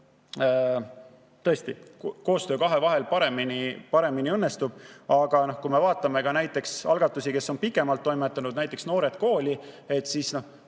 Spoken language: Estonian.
tõesti koostöö kahe vahel paremini õnnestub. Aga kui me vaatame ka nende algatusi, kes on pikemalt toimetanud, näiteks Noored Kooli, siis